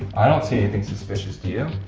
i don't see anything suspicious. do you?